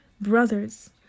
Brothers